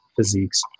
physiques